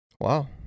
Wow